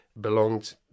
belonged